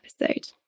episode